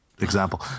example